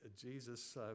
Jesus